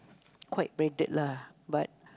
quite branded lah but